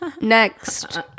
next